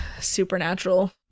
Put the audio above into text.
Supernatural